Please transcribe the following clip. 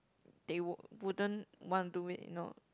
they won't wouldn't want to do it you know